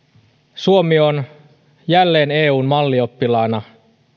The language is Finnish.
suomi on jälleen eun mallioppilaana